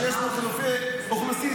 שיש בו חילופי אוכלוסין,